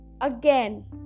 again